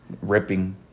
ripping